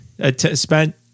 spent